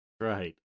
right